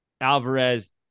Alvarez